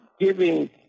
giving